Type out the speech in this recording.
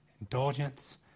Indulgence